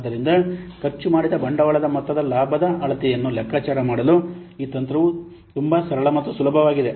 ಆದ್ದರಿಂದ ಖರ್ಚು ಮಾಡಿದ ಬಂಡವಾಳದ ಮೊತ್ತದ ಲಾಭದ ಅಳತೆಯನ್ನು ಲೆಕ್ಕಾಚಾರ ಮಾಡಲು ಈ ತಂತ್ರವು ತುಂಬಾ ಸರಳ ಮತ್ತು ಸುಲಭವಾಗಿದೆ